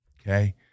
Okay